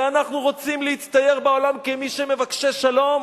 כי אנחנו רוצים להצטייר בעולם כמבקשי שלום?